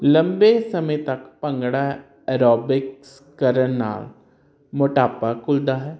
ਲੰਬੇ ਸਮੇਂ ਤੱਕ ਭੰਗੜਾ ਐਰੋਬਿਕਸ ਕਰਨ ਨਾਲ ਮੋਟਾਪਾ ਖੁੱਲਦਾ ਹੈ